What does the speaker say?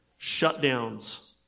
shutdowns